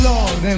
Lord